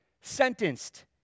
sentenced